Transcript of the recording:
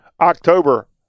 October